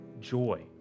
joy